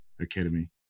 Academy